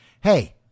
Hey